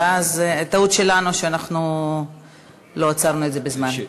טעות שלנו שאנחנו לא עצרנו את זה בזמן.